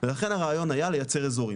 לכן הרעיון היה לייצר אזורים,